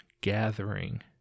gathering